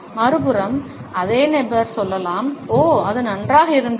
மறுபுறம் அதே நபர் சொல்லலாம் ஓ அது நன்றாக இருந்தது